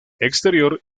exterior